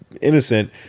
innocent